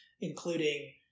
including